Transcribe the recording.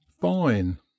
fine